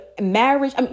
marriage